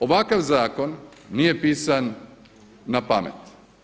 Ovakav zakon nije pisan na pamet.